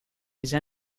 these